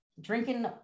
Drinking